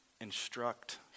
instruct